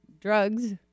drugs